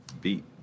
beat